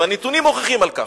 והנתונים מוכיחים כך.